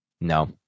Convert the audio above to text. No